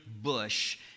bush